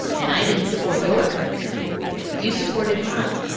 and i didn't support your career you supported mine